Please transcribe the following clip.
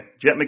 Jet